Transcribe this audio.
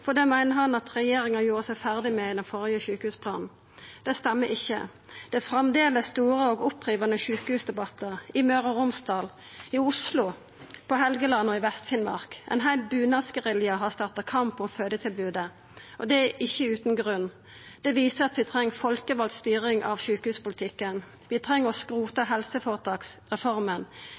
for det meiner han at regjeringa gjorde seg ferdig med i den førre sjukehusplanen. Det stemmer ikkje. Det er framleis store og opprivande sjukehusdebattar – i Møre og Romsdal, i Oslo, på Helgeland og i Vest-Finnmark. Ein heil bunadsgerilja har starta kamp om fødetilbodet, og det er ikkje utan grunn. Dette viser at vi treng folkevald styring av sjukehuspolitikken. Vi treng å skrota helseføretaksreforma.